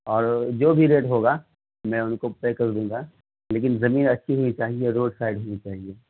اور جو بھی ریٹ ہوگا میں ان کو پے کر دوں گا لیکن زمین اچھی ہونی چاہیے روڈ سائڈ ہونی چاہیے